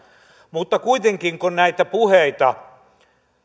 mutta kuitenkin kun näitä puheita